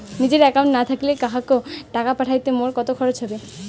নিজের একাউন্ট না থাকিলে কাহকো টাকা পাঠাইতে মোর কতো খরচা হবে?